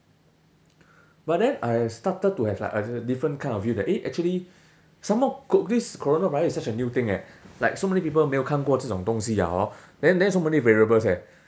but then I started to have like a different kind of view that eh actually some more co~ this coronavirus is such a new thing eh like so many people 没有看过这种东西 ya hor then then so many variables eh